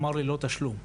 ללא תשלום.